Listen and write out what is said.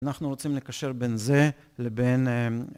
אנחנו רוצים לקשר בין זה לבין.